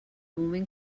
moment